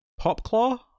Popclaw